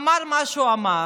אמר מה שאמר,